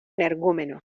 energúmenos